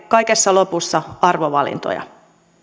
kaikessa lopussa arvovalintoja